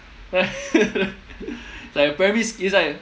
like a pyramid scheme that's why